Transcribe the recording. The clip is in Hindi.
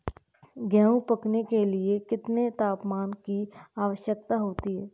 गेहूँ पकने के लिए कितने तापमान की आवश्यकता होती है?